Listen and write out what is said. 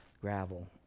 gravel